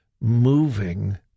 moving